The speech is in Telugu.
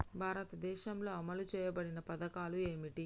భారతదేశంలో అమలు చేయబడిన పథకాలు ఏమిటి?